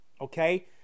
okay